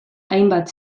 hainbat